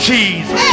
Jesus